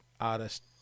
artist